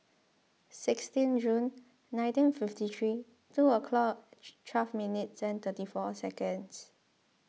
sixteen June nineteen fifty three two o'clock twelve minutes thirty four seconds